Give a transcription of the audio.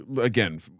again